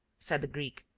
said the greek,